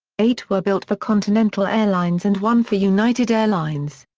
eight were built for continental airlines and one for united airlines.